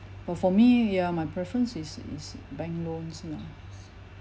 but for me ya my preference is is bank loans lah